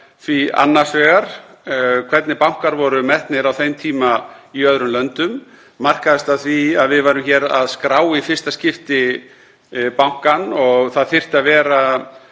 því annars vegar hvernig bankar voru metnir á þeim tíma í öðrum löndum, markaðist af því að við værum hér að skrá í fyrsta skipti bankann og það þyrfti að vera,